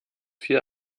viel